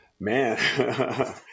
Man